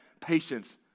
patience